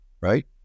right